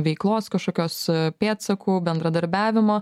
veiklos kažkokios pėdsakų bendradarbiavimo